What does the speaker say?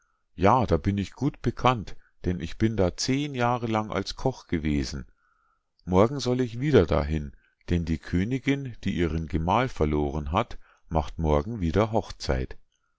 ja da bin ich gut bekannt denn ich bin da zehn jahre lang koch gewesen morgen soll ich wieder dahin denn die königinn die ihren gemahl verloren hat macht morgen wieder hochzeit